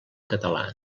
català